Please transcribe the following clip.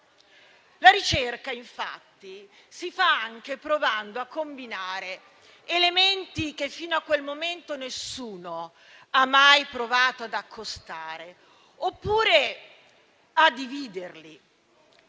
La ricerca, infatti, si fa anche provando a combinare elementi che fino a quel momento nessuno ha mai provato ad accostare, oppure a dividerli,